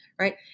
right